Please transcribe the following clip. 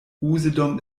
usedom